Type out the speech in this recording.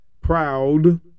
proud